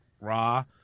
Raw